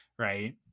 Right